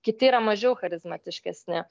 kiti yra mažiau charizmatiškesni